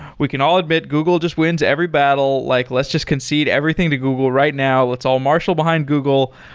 we can all admit, google just wins every battle. like let's just concede everything to google right now. let's all marshal behind google.